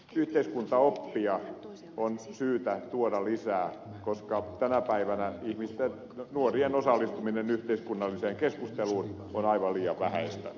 yhteiskuntaoppia on syytä tuoda lisää koska tänä päivänä nuorien ihmisten osallistuminen yhteiskunnalliseen keskusteluun on aivan liian vähäistä